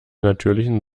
natürlichen